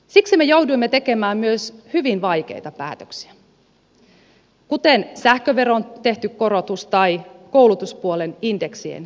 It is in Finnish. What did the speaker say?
siksi me jouduimme tekemään myös hyvin vaikeita päätöksiä kuten sähköveroon tehty korotus tai koulutuspuolen indeksien jäädytys